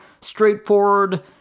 straightforward